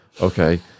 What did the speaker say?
Okay